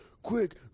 Quick